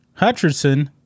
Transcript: Hutcherson